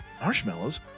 marshmallows